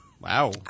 Wow